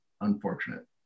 unfortunate